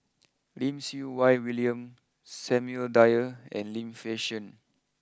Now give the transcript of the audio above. Lim Siew Wai William Samuel Dyer and Lim Fei Shen